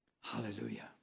Hallelujah